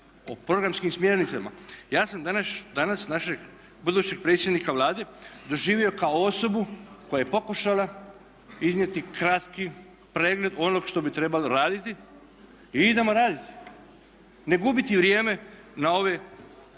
o programskim smjernicama. Ja sam danas našeg budućeg predsjednika Vlade doživio kao osobu koja je pokušala iznijeti kratki pregled onog što bi trebalo raditi i idemo raditi. Ne gubiti vrijeme na ove